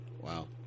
Wow